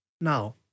Now